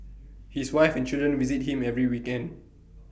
his wife and children visit him every weekend